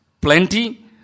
plenty